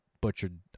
butchered